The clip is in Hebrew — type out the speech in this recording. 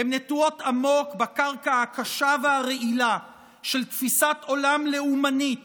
הן נטועות עמוק בקרקע הקשה והרעילה של תפיסת עולם לאומנית